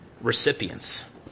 recipients